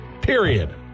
Period